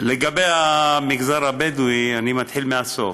לגבי המגזר הבדואי, אני מתחיל מהסוף,